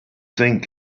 thing